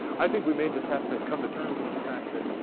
i think we may just have to come to terms with the fact that